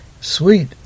Sweet